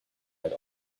had